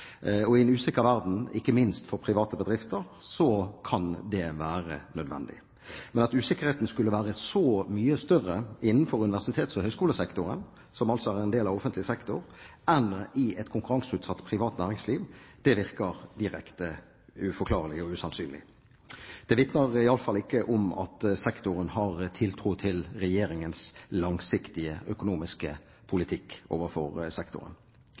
I en usikker verden, ikke minst for private bedrifter, kan det være nødvendig. Men at usikkerheten skulle være så mye større innenfor universtitets- og høyskolesektoren – som altså er en del av offentlig sektor – enn i et konkurranseutsatt privat næringsliv, virker direkte uforklarlig og usannsynlig. Det vitner i alle fall ikke om at sektoren har tiltro til Regjeringens langsiktige økonomiske politikk overfor sektoren.